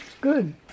Good